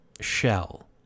shell